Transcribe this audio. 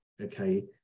okay